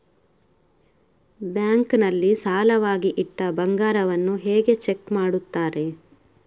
Bank ನಲ್ಲಿ ಸಾಲವಾಗಿ ಇಟ್ಟ ಬಂಗಾರವನ್ನು ಹೇಗೆ ಚೆಕ್ ಮಾಡುತ್ತಾರೆ?